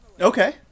Okay